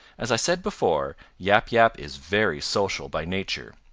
as i said before, yap yap is very social by nature.